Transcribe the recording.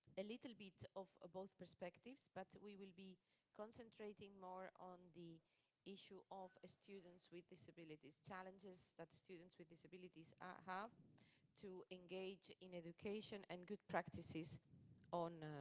a little bit of both perspectives, but we will be concentrating more on the issue of students with disabilities. challenges that students with disabilities ah have to engage in education and good practices on